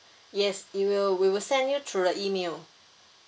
yes it will we will send you through the email